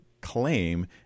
claim